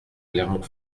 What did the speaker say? clermont